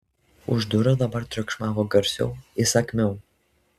už durų dabar triukšmavo garsiau įsakmiau